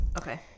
okay